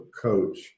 coach